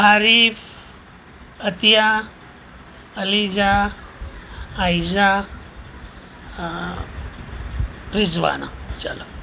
આરિફ આતિયા અલિઝા આઇઝા રિઝવાના ચાલો